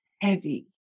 heavy